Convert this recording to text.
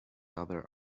other